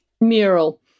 mural